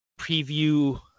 preview